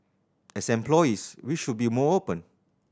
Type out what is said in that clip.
as employees we should be more open